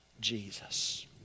Jesus